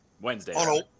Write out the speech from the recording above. Wednesday